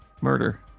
Murder